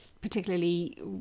particularly